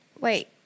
Wait